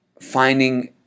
finding